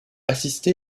assister